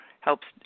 helps